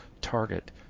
target